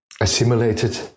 assimilated